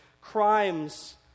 crimes